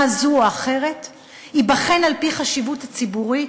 זו או אחרת ייבחן על-פי החשיבות הציבורית,